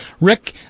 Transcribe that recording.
Rick